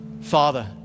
Father